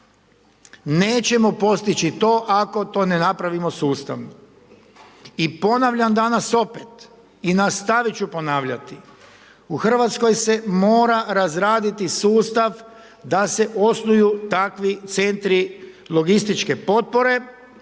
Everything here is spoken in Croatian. Nećemo postići to ako to ne napravimo sustavno. I ponavljam danas opet i nastavit ću ponavljati, u Hrvatskoj se mora razraditi sustav da se osnuju takvi centri logističke potpore,